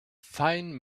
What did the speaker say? fine